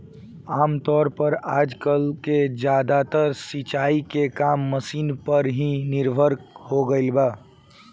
आमतौर पर आजकल के ज्यादातर सिंचाई के काम मशीन पर ही निर्भर हो गईल बा